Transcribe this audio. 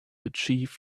achieve